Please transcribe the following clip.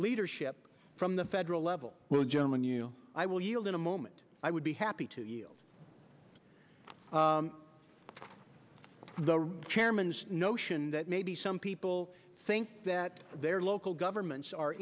leadership from the federal level will german you i will yield in a moment i would be happy to yield the chairman's notion that maybe some people think that their local governments are